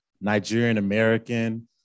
Nigerian-American